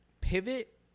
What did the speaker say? pivot